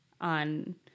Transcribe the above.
on